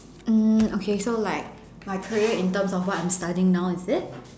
mm okay so like my career in terms of what I'm studying now is it